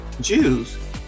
Jews